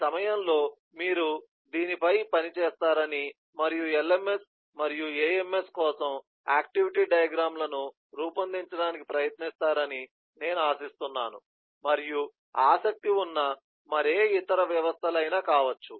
ఈ సమయంలో మీరు దీనిపై పని చేస్తారని మరియు LMS మరియు AMS కోసం ఆక్టివిటీ డయాగ్రమ్ లను రూపొందించడానికి ప్రయత్నిస్తారని నేను ఆశిస్తున్నాను మరియు ఆసక్తి ఉన్న మరే ఇతర వ్యవస్థలు అయినా కావచ్చు